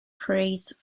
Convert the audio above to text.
praised